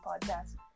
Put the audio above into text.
Podcast